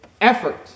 Effort